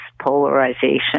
polarization